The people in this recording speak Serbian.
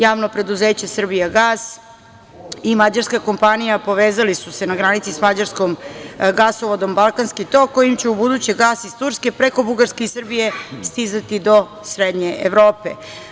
Javno preduzeće „Srbijagas“ i mađarska kompanija povezali su se na granici sa mađarskim gasovodom „Balkanski tok“, kojim će ubuduće gas iz Turske preko Bugarske i Srbije stizati do srednje Evrope.